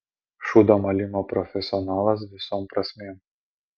šūdo malimo profesionalas visom prasmėm